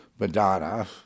Madonna